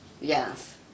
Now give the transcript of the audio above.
Yes